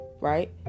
right